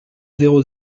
zéro